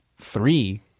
three